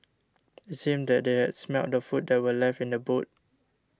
it seemed that they had smelt the food that were left in the boot